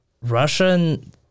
Russian